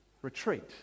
Retreat